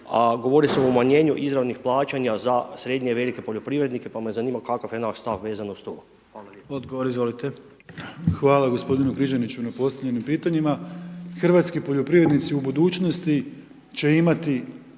govori se o umanjenju izravnih plaćanja za srednje, velike poljoprivrednike, pa me zanima kakav je naš stav vezano uz to?